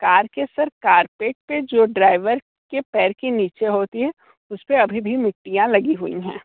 car के सर carpet पर जो ड्राइवर के पैर के नीचे होती हैं उस पर अभी भी मिट्टियाँ लगी हुई हैं